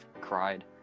cried